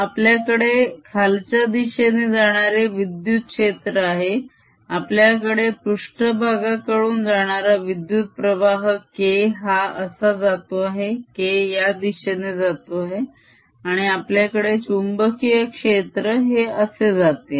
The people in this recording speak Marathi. आपल्याकडे खालच्या दिशेने जाणारे विद्युत क्षेत्र आहे आपल्याकडे पृष्ट्भागाकडून जाणारा विद्युत प्रवाह K हा असा जातो आहे K या दिशेने जातो आहे आणि आपल्याकडे चुंबकीय क्षेत्र हे असे जाते आहे